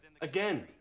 Again